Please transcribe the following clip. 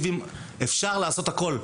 אפשר לעשות הכול,